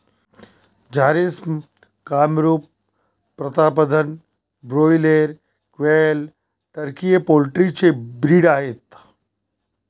Jharsim, Kamrup, Pratapdhan, broiler, quail, turkey हे poultry चे breed आहेत